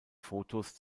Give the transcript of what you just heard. fotos